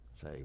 say